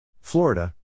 Florida